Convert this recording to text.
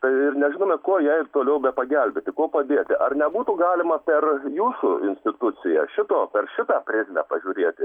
tai ir nežinome kuo jai ir toliau bepagelbėti kuo padėti ar nebūtų galima per jūsų instituciją šito per šitą prizmę pažiūrėti